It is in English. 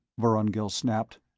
vorongil snapped.